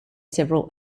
several